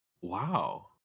Wow